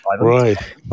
right